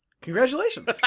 congratulations